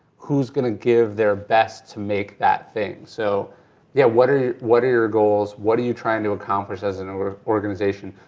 who's gonna give their best to make that thing? so yeah what ah what are your goals, what are you trying to accomplish as an organization,